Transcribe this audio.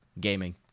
gaming